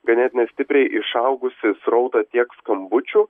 ganėtinai stipriai išaugusį srautą tiek skambučių